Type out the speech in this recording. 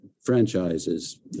franchises